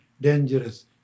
dangerous